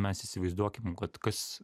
mes įsivaizduokim kad kas